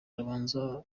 arabanza